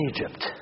Egypt